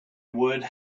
would